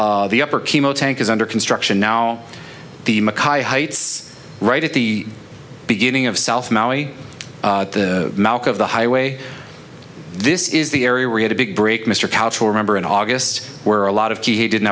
the upper chemo tank is under construction now the heights right at the beginning of south maui the malka of the highway this is the area we had a big break mr couch remember in august where a lot of he didn't